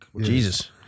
Jesus